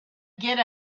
get